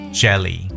jelly